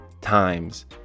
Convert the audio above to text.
times